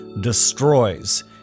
destroys